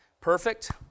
perfect